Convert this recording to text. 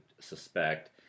suspect